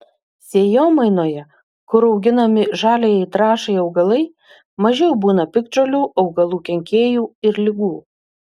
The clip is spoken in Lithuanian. sėjomainoje kur auginami žaliajai trąšai augalai mažiau būna piktžolių augalų kenkėjų ir ligų